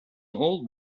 old